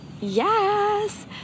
Yes